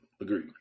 agreed